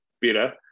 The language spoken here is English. better